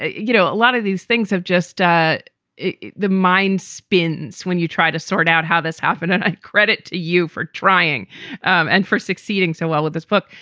ah you know, a lot of these things have just ah the mind spins when you try to sort out how this happened. and i credit you for trying and for succeeding so well with this book.